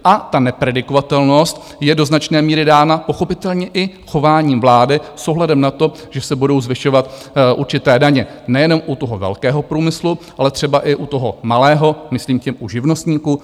A ta nepredikovatelnost je do značné míry dána pochopitelně i chováním vlády s ohledem na to, že se budou zvyšovat určité daně nejenom u toho velkého průmyslu, ale třeba i u toho malého, myslím tím u živnostníků.